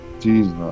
Jesus